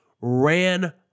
ran